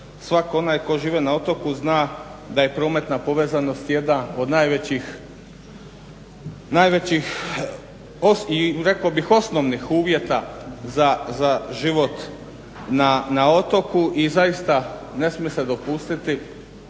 Svak' onaj tko živi na otoku zna da je prometna povezanost jedna od najvećih i osnovnih uvjeta za život na otoku i zaista ne smije se dopustiti